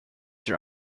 her